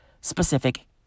specific